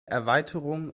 erweiterung